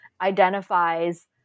identifies